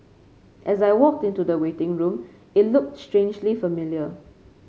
as I walked into the waiting room it looked strangely familiar